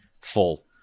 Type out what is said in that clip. full